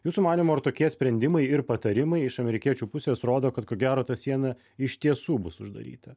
jūsų manymu ar tokie sprendimai ir patarimai iš amerikiečių pusės rodo kad ko gero ta siena iš tiesų bus uždaryta